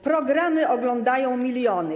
Programy oglądają miliony.